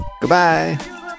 Goodbye